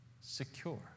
secure